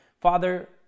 Father